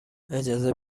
اجازه